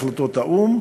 על-פי החלטות האו"ם,